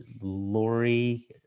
lori